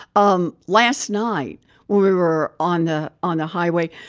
um last night when we were on the on the highway,